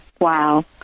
Wow